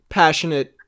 passionate